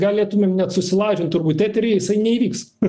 galėtumėm net susilažint turbūt etery jisai neįvyks